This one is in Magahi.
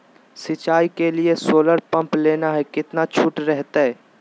सिंचाई के लिए सोलर पंप लेना है कितना छुट रहतैय?